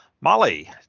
Molly